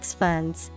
funds